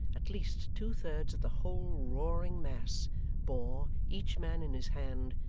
at least two-thirds of the whole roaring mass bore, each man in his hand,